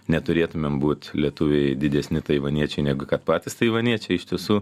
neturėtumėm būt lietuviai didesni taivaniečiai negu kad patys taivaniečiai iš tiesų